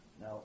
Now